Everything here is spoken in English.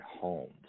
homes